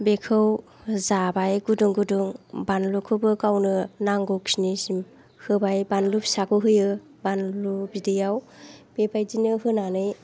बेखौ जाबाय गुदुं गुदुं बानलुखौबो गावनो नांगौखिनिसिम होबाय बानलु फिसाखौ होयो बानलु बिदैयाव बेबायदिनो होनानै